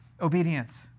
obedience